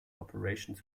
operations